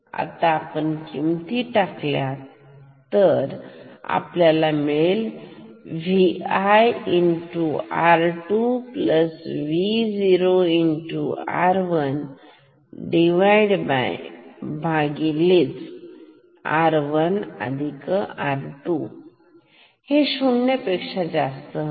आता आपण त्या किमती टाकू Vi R2V0 R1R1R2 हे शून्य पेक्षा जास्त हवे